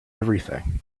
everything